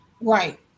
Right